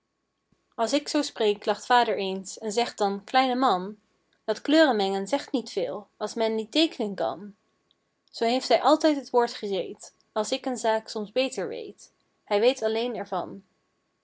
als ik zoo spreek lacht vader eens en zegt dan kleine man dat kleuren mengen zegt niet veel als men niet teek'nen kan zoo heeft hij altijd t woord gereed als ik een zaak soms beter weet hij weet alleen er